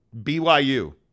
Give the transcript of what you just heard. BYU